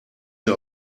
mir